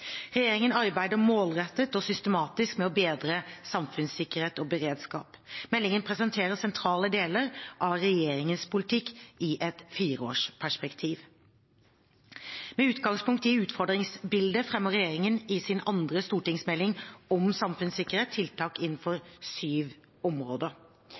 Regjeringen arbeider målrettet og systematisk med å bedre samfunnssikkerhet og beredskap. Meldingen presenterer sentrale deler av regjeringens politikk i et fireårsperspektiv. Med utgangspunkt i utfordringsbildet fremmer regjeringen i sin andre stortingsmelding om samfunnssikkerhet tiltak innenfor syv områder: